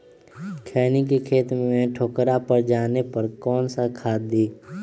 खैनी के खेत में ठोकरा पर जाने पर कौन सा खाद दी?